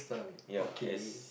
ya as